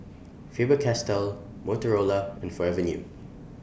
Faber Castell Motorola and Forever New